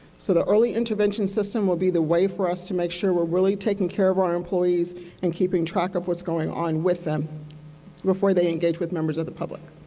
so the early intervention system will be the way for us to make sure we are really taking care of our employees and keeping track of what's going on with them before they engage with members of the public.